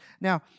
Now